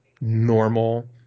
normal